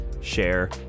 share